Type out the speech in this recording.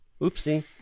Oopsie